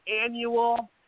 annual